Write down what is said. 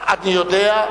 אני יודע.